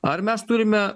ar mes turime